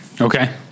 Okay